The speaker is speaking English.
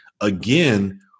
Again